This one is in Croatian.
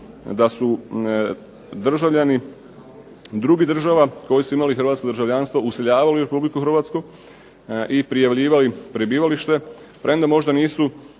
da su državljani drugih država koji su imali hrvatsko državljanstvo useljavali u Republiku Hrvatsku i prijavljivali prebivalište premda možda nisu